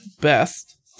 best